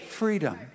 freedom